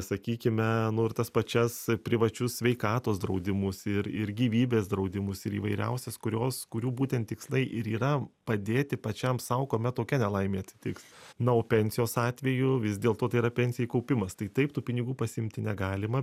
sakykime nu ir tas pačias privačius sveikatos draudimus ir ir gyvybės draudimus ir įvairiausias kurios kurių būtent tikslai ir yra padėti pačiam sau kuomet tokia nelaimė atsitiks na o pensijos atveju vis dėlto tai yra pensijai kaupimas tai taip tų pinigų pasiimti negalima